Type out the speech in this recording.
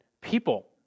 people